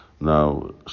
now